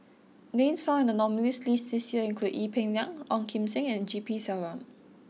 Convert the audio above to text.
names found in the nominees' list this year include Ee Peng Liang Ong Kim Seng and G P Selvam